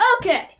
Okay